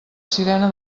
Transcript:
sirena